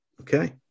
Okay